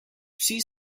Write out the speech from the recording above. vsi